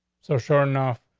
so sure enough,